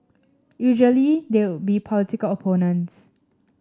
usually they would be political opponents